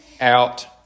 out